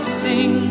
sing